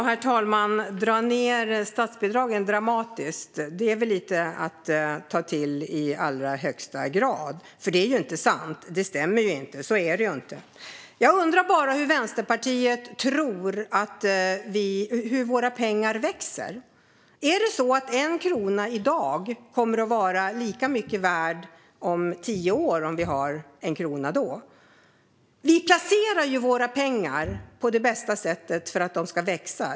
Herr talman! Att vi drar ned statsbidragen dramatiskt är väl i högsta grad att ta i. Det är ju inte sant. Jag undrar hur Vänsterpartiet tror att våra pengar växer. Kommer en krona i dag att vara lika mycket värd om tio år? Vi placerar våra pengar på det bästa sättet för att de ska växa.